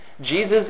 Jesus